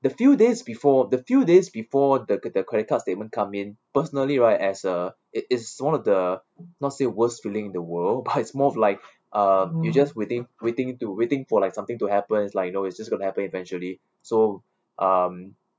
the few days before the few days before the the credit card statement come in personally right as uh it is one of the not say worse feeling in the world but is more of life uh you just waiting waiting to waiting for like something to happen is like you know it's just going to happen eventually so um